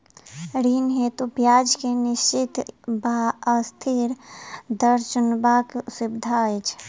ऋण हेतु ब्याज केँ निश्चित वा अस्थिर दर चुनबाक सुविधा अछि